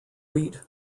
wheat